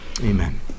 Amen